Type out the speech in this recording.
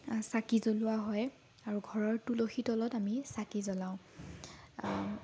চাকি জ্বলোৱা হয় অৰু ঘৰৰ তুলসীতলত আমি চাকি জ্বলাও